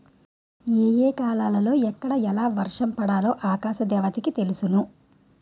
ఏ ఏ కాలాలలో ఎక్కడ ఎలా వర్షం పడాలో ఆకాశ దేవతకి తెలుసును